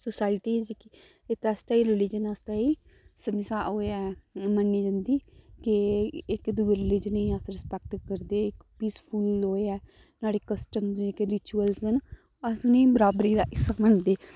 society इत्त आस्तै एह् रलीजन आस्तै गै इ'यै मन्नी जंदी कि इक्क दूऐ रलीजन दी अस रिस्पैक्ट करदे पीसफुल ओह् ऐ न्हाड़े कस्टम्स न जां रिचुअल न जेह्के अस उ'नेंगी बराबरी दा हिस्सा मनदे